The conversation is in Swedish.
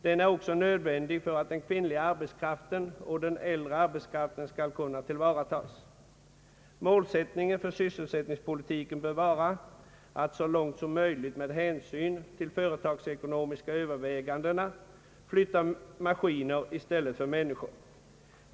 Den är också nödvändig för att den kvinnliga arbetskraften och den äldre arbetskraften skall kunna tillvaratas. Målsättningen för sysselsättningspolitiken bör vara att så långt som möjligt, med hänsyn till företagsekonomiska överväganden, flytta maskiner i stället för människor.